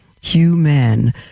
human